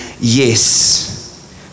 yes